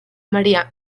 maría